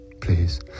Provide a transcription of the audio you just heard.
Please